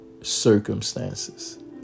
circumstances